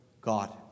God